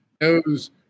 knows